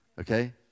Okay